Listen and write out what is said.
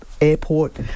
airport